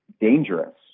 dangerous